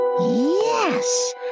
Yes